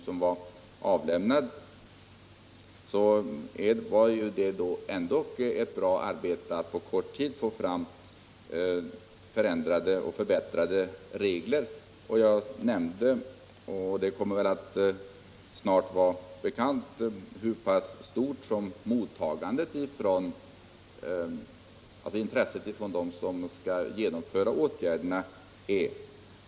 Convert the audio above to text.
Det är mycket bra att man på kort tid fått fram förändrade och förbättrade regler. Jag nämnde — och det kommer snart också att stå klart — hur pass stort intresset hos dem som skall genomföra åtgärderna är.